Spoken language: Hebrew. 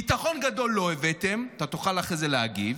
ביטחון גדול לא הבאתם, אתה תוכל אחרי זה להגיב,